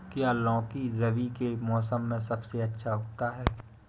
क्या लौकी रबी के मौसम में सबसे अच्छा उगता है?